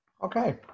Okay